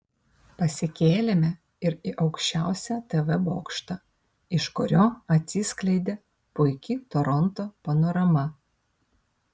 pasikėlėme ir į aukščiausią tv bokštą iš kurio atsiskleidė puiki toronto panorama